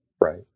Right